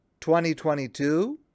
2022